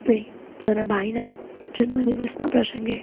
મેં મારા ભાઈના જન્મદિવસના પ્રસંગે